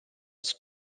its